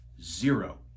zero